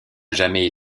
jamais